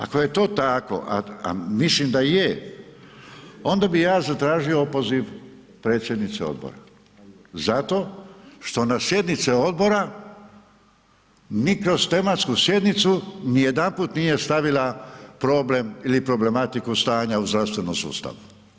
Ako je to tako a mislim da je, onda bi ja zatražio opoziv predsjednice odbora zato što na sjednice odbora ni kroz tematsku sjednicu nijedanput nije stavila problem ili problematiku stanja u zdravstvenom sustavu.